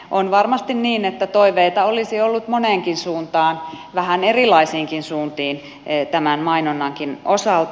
on varmasti niin että toiveita olisi ollut moneenkin suuntaan vähän erilaisiinkin suuntiin tämän mainonnankin osalta